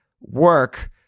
work